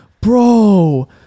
bro